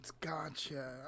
Gotcha